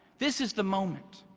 this is the moment.